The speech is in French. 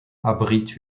abrite